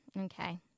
okay